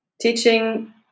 Teaching